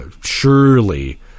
surely